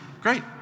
great